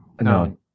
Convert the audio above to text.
No